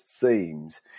themes